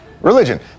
Religion